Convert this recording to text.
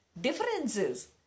differences